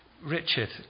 Richard